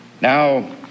Now